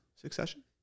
Succession